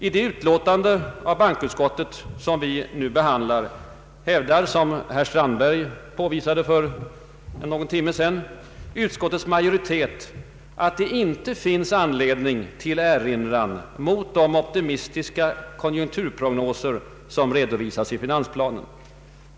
I det utlåtande av bankoutskottet som vi nu behandlar hävdar — som herr Strandberg nämnde för någon timme sedan — utskottets majoritet att det inte finns anledning till erinran mot de optimistiska konjunkturprognoser som redovisas i finansplanen.